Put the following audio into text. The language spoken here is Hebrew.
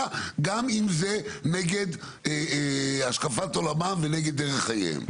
גם אם זה נגד השקפת עולמם ונגד דרך חייהם.